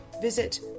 visit